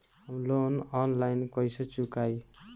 हम loan online कइसे चुकाई?